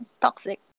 toxic